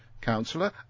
Councillor